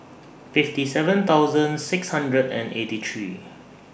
fifty seven thousand six hundred and eighty three